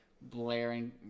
blaring